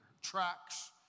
tracks